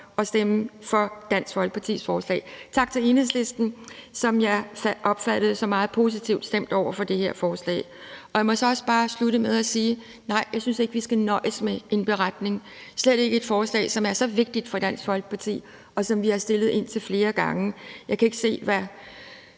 at stemme for Dansk Folkepartis forslag. Tak til Enhedslisten, som jeg opfattede var meget positivt stemt over for det her forslag. Jeg må så også bare slutte med at sige: Nej, jeg synes ikke, vi skal nøjes med en beretning, slet ikke om et forslag, der er så vigtigt for Dansk Folkeparti, og som vi har fremsat indtil flere gange. Jeg kan ikke se, hvad